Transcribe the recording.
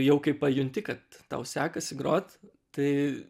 jau kai pajunti kad tau sekasi grot tai